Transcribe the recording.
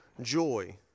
joy